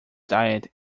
diet